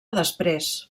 després